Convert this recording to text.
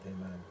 Amen